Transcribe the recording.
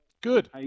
Good